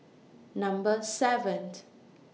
Number seven